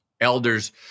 elders